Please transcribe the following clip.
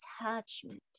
attachment